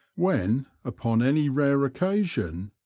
when, upon any rare occasion,